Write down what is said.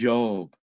Job